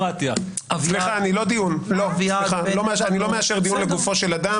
אני לא מאשר דיון לגופו של אדם.